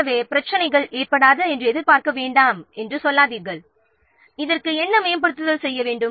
எனவே பிரச்சினைகள் ஏற்படாது என்று எதிர்பார்க்க வேண்டாம் என்று சொல்லாதீர்கள் இதற்கு என்ன மேம்படுத்தல் செய்ய வேண்டும்